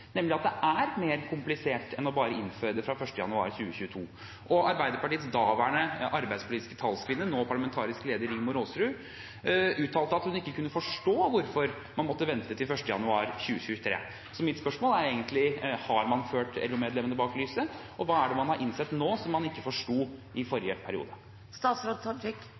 nemlig at det er mer komplisert enn bare å innføre det fra 1. januar 2022. Arbeiderpartiets daværende arbeidspolitiske talskvinne, nå parlamentarisk leder, Rigmor Aasrud uttalte at hun ikke kunne forstå hvorfor man måtte vente til 1. januar 2023. Mitt spørsmål er egentlig: Har man ført LO-medlemmene bak lyset, og hva er det man har innsett nå, som man ikke forsto i forrige